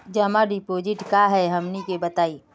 जमा डिपोजिट का हे हमनी के बताई?